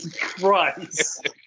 Christ